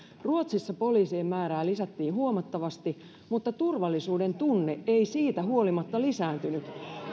ruotsissa poliisien määrää lisättiin huomattavasti mutta turvallisuudentunne ei siitä huolimatta lisääntynyt